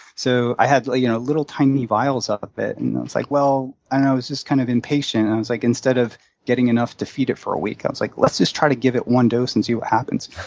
so i had you know little tiny vials of of it. and i was, like, well, i don't know, i was just kind of impatient. and i was, like, instead of getting enough to feed it for a week, i was, like, let's just try to give it one dose and see what happens.